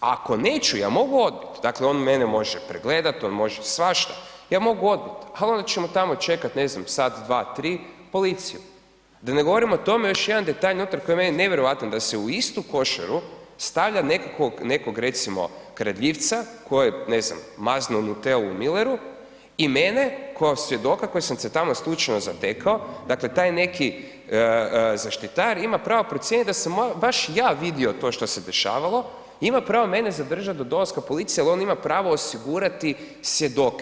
Ako neću, ja mogu odbit, dakle on mene može pregledat, on može svašta, ja mogu odbit, ali onda ćemo tamo čekat ne znam, sat, dva, tri policiju da ne govorim o tome još jedan detalj unutra koji je meni nevjerojatan da se u istu košaru stavlja nekog recimo kradljivca koji je ne znam, maznuo Nutellu u Mulleru, i mene kao svjedoka koji sam se tamo slučajno zatekao, dakle taj neki zaštitar ima pravo procijeniti da sam baš ja vidio to što se dešavalo, ima pravo mene zadržati do dolaska policije jer on ima pravo osigurati svjedoke.